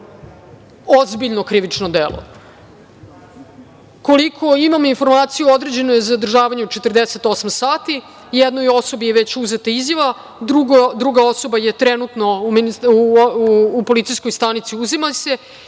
ozbiljno krivično delo. Koliko imam informaciju, određeno je zadržavanje od 48 sati. Jednoj osobi je već uzeta izjava. Druga osoba je trenutno u policijskoj stanici i uzima se izjava,